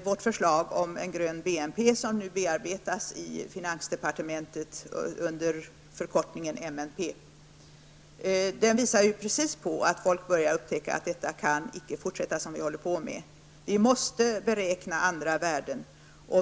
att vårt förslag om en grön BNP nu bearbetas i finansdepartementet under förkortningen MNP. Den visar precis att människor börjar upptäcka att det vi håller på med inte kan fortsätta. Vi måste beräkna andra värden.